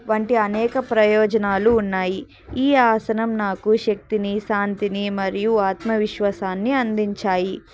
వంటి అనేక ప్రయోజనాలు ఉన్నాయి ఈ ఆసనం నాకు శక్తిని శాంతిని మరియు ఆత్మవిశ్వాసాన్ని అందించాయి